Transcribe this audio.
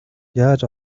яаж